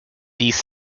these